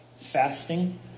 fasting